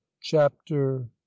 chapter